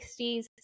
60s